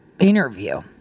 Interview